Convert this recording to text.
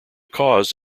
cause